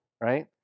right